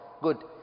Good